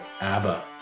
Abba